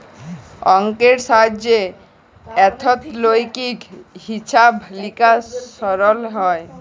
অংকের সাহায্যে অথ্থলৈতিক হিছাব লিকাস সরল হ্যয়